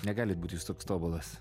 negalit būt jūs toks tobulas